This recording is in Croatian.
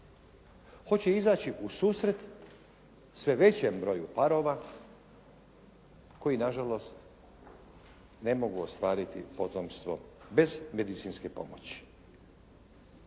Hoće izaći u susret sve većem broju parova koji nažalost ne mogu ostvariti potomstvo bez medicinske pomoći.